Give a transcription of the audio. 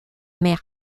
mer